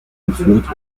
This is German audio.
geführt